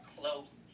close